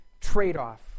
trade-off